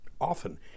Often